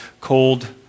cold